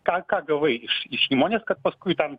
ką ką gavai iš iš įmonės kad paskui ten